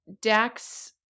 Dax